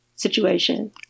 situation